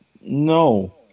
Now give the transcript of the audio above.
no